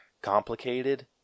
complicated